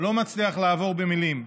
לא מצליח לעבור במילים,